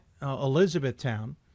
Elizabethtown